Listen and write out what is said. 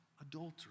adultery